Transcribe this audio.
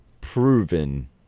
proven